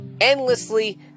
endlessly